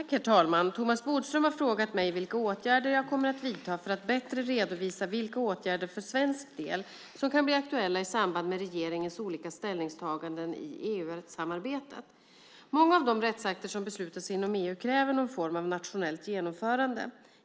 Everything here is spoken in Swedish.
Herr talman! Thomas Bodström har frågat mig vilka åtgärder jag kommer att vidta för att bättre redovisa vilka åtgärder för svensk del som kan bli aktuella i samband med regeringens olika ställningstaganden i EU-samarbetet. Många av de rättsakter som beslutas inom EU kräver någon form av nationellt genomförande.